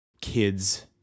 kids